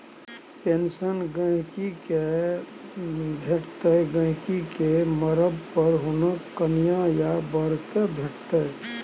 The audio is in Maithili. पेंशन गहिंकी केँ भेटतै गहिंकी केँ मरब पर हुनक कनियाँ या बर केँ भेटतै